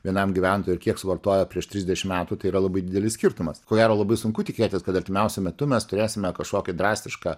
vienam gyventojui ir kiek suvartojo prieš trisdešim metų tai yra labai didelis skirtumas ko gero labai sunku tikėtis kad artimiausiu metu mes turėsime kažkokį drastišką